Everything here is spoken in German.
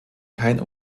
kein